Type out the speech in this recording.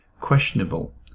questionable